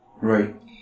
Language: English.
Right